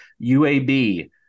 UAB